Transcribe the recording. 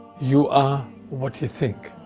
you are what you think.